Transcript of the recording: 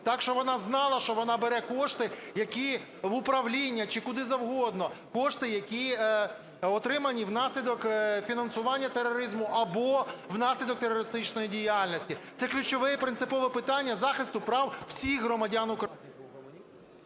так, що вона знала, що вона бере кошти, які в управління чи куди завгодно, кошти, які отримані внаслідок фінансування тероризму або внаслідок терористичної діяльності. Це ключове і принципове питання захисту прав всіх громадян …